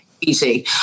easy